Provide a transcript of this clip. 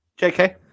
JK